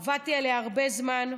עבדתי עליה הרבה זמן.